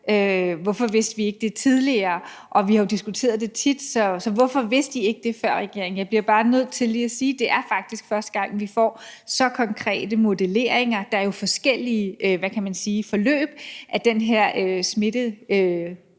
Hvorfor vidste I det ikke tidligere – vi har jo diskuteret det tit, så hvorfor vidste regeringen det ikke før? Jeg bliver bare nødt til at sige, at det faktisk er første gang, vi får så konkrete modelleringer. Der er jo forskellige, hvad kan man sige,